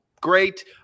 great